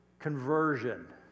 conversion